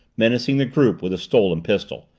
menacing the group with the stolen pistol.